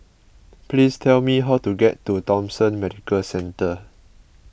please tell me how to get to Thomson Medical Centre